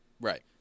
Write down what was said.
Right